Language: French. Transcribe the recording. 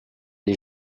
les